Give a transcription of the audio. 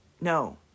No